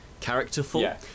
characterful